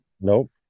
Nope